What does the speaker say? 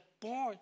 born